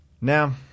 Now